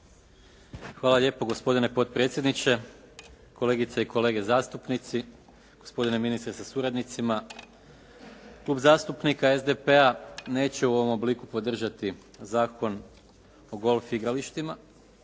Hvala lijepo gospodine potpredsjedniče, kolegice i kolege zastupnici, gospodine ministre sa suradnicima. Klub zastupnika SDP-a neće u ovom obliku podržati Zakon o golf igralištima,